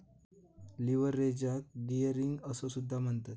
लीव्हरेजाक गियरिंग असो सुद्धा म्हणतत